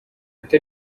ati